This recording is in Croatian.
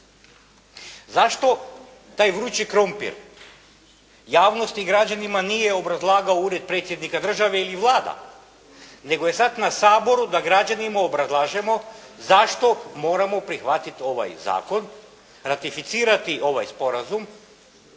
Zašto taj vrući krumpir javnosti i građanima nije obrazlagao Ured Predsjednika države ili Vlada, nego je sad na Saboru da građanima obrazlažemo zašto moramo prihvatiti ovaj zakon, ratificirati ovaj sporazum